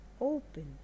open